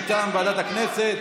מטעם ועדת הכנסת.